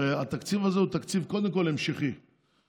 הרי התקציב הזה הוא תקציב המשכי קודם כול.